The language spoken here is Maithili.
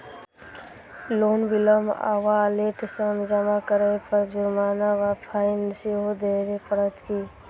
लोन विलंब वा लेट सँ जमा करै पर जुर्माना वा फाइन सेहो देबै पड़त की?